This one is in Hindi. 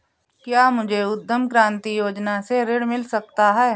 क्या मुझे उद्यम क्रांति योजना से ऋण मिल सकता है?